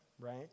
right